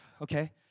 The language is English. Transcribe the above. Okay